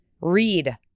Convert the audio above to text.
Read